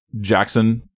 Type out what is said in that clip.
Jackson